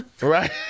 Right